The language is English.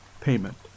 payment